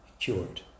cured